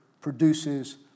produces